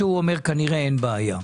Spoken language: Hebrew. אומר כנראה אין בעיה.